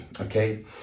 okay